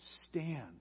stand